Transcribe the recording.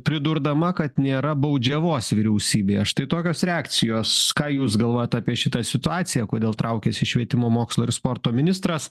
pridurdama kad nėra baudžiavos vyriausybėje štai tokios reakcijos ką jūs galvojat apie šitą situaciją kodėl traukiasi švietimo mokslo ir sporto ministras